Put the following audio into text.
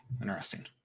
Interesting